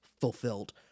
fulfilled